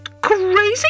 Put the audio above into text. crazy